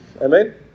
Amen